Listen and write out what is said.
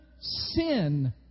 sin